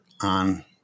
on